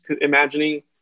imagining